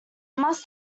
must